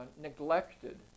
neglected